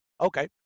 Okay